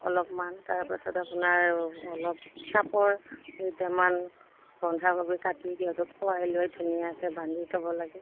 অলপমান তাৰপাছত আপোনাৰ অলপ চাপৰ কেইটামান বন্ধাকবি কাটি সিহঁতক খুৱাই লৈ ধুনীয়াকৈ বান্ধি থ'ব লাগে